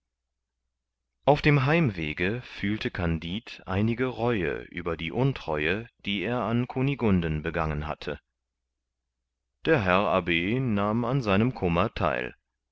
auf dem heimwege fühlte kandid einige reue über die untreue die er an kunigunden begangen hatte der herr abb nahm an seinem kummer theil